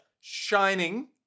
shining